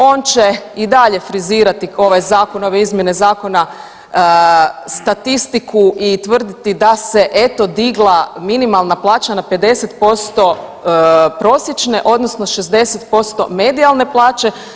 On će i dalje frizirati ovaj zakon, ove izmjene zakona statistiku i tvrditi da se eto digla minimalna plaća na 50% prosječne odnosno 60% medijalne plaće.